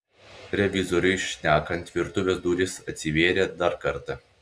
revizoriui šnekant virtuvės durys atsivėrė dar kartą